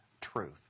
truth